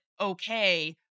okay